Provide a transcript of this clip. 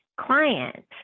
client